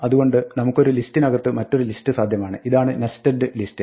അതുകൊണ്ട് നമുക്ക് ഒരു ലിസ്റ്റിനകത്ത് മറ്റൊരു ലിസ്റ്റ് സാധ്യമാണ് ഇതാണ് നെസ്റ്റഡ് ലിസ്റ്റ്